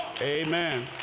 Amen